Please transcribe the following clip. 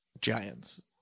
giants